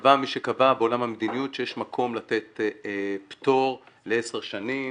קבע מי שקבע בעולם המדיניות שיש מקום לתת פטור לעשר שנים